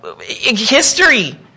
history